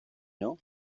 nhw